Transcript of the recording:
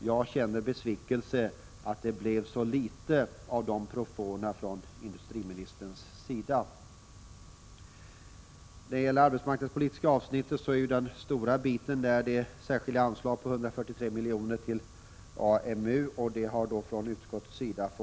Jag känner besvikelse över att det blev så litet av de propåerna från industriministerns sida. När det gäller det arbetsmarknadspolitiska avsnittet är ju den stora biten det särskilda anslaget på 143 milj.kr. till AMU, och det har tillstyrkts av utskottet.